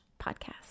podcast